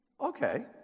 Okay